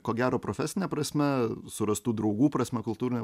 ko gero profesine prasme surastų draugų prasme kultūrine